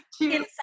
inside